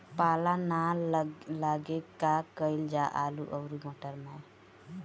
पाला न लागे का कयिल जा आलू औरी मटर मैं?